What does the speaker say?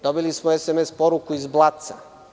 Dobili smo SMS poruku iz Blaca.